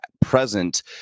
present